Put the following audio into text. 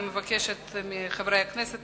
אני מבקשת מחברי הכנסת